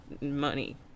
money